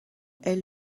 elle